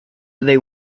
they